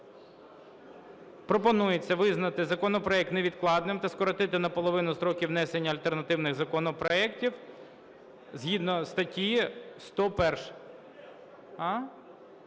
Пропонується визнати законопроект невідкладним та скоротити наполовину строки внесення альтернативних законопроектів згідно статті 101-ї.